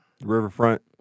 Riverfront